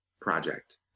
project